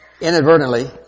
inadvertently